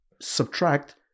subtract